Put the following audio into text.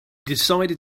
decided